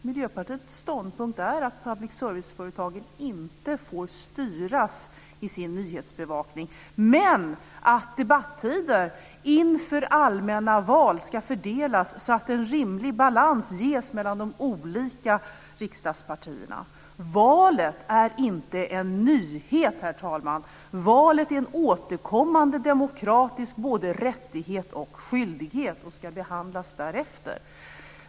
Miljöpartiets ståndpunkt är att public serviceföretagen inte får styras i sin nyhetsbevakning, men att debattider inför allmänna val ska fördelas så att en rimlig balans ges mellan de olika riksdagspartierna. Valet är inte en nyhet, herr talman. Valet är en återkommande demokratisk rättighet och skyldighet och ska behandlas därefter.